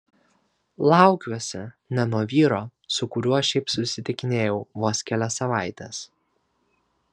laukiuosi ne nuo vyro su kuriuo šiaip susitikinėjau vos kelias savaites